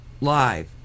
live